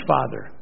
Father